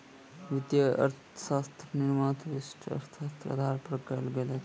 वित्तीय अर्थशास्त्रक निर्माण व्यष्टि अर्थशास्त्रक आधार पर कयल गेल अछि